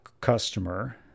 customer